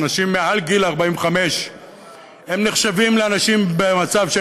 ואנשים מעל גיל 45 נחשבים לאנשים במצב של